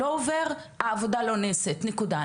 העבודה לא נעשית, נקודה.